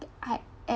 I e~